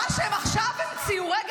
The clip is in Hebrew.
מה שהם עכשיו המציאו --- טלי --- ראש הממשלה.